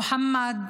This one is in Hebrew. מוחמד